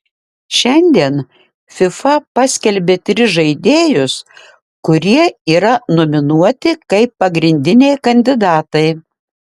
šiandien fifa paskelbė tris žaidėjus kurie yra nominuoti kaip pagrindiniai kandidatai